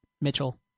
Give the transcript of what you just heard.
Mitchell